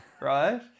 right